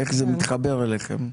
איך זה מתחבר אליכם?